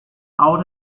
out